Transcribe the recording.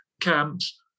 camps